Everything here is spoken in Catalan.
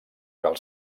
cal